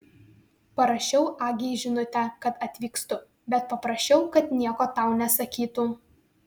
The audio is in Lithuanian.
parašiau agei žinutę kad atvykstu bet paprašiau kad nieko tau nesakytų